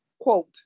quote